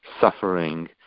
suffering